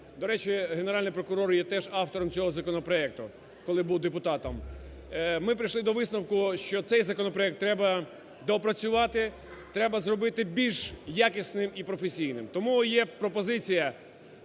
до речі, Генеральний прокурор є теж автором цього законопроекту, коли був депутатом. Ми прийшли до висновку, що цей законопроект треба доопрацювати, треба зробити більш якісним і професійним. Тому є пропозиція